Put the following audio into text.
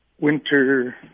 winter